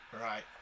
Right